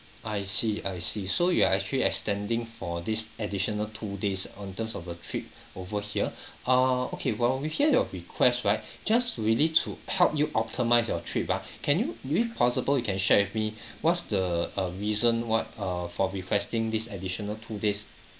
I see I see so you are actually extending for this additional two days on terms of a trip over here err okay well we hear your request right just really to help you optimise your trip ah can you is it possible you can share with me what's the uh reason what err for requesting this additional two days